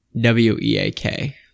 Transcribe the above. W-E-A-K